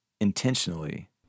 intentionally